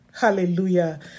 hallelujah